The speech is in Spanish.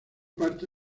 parte